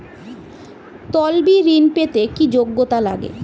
তলবি ঋন পেতে কি যোগ্যতা লাগে?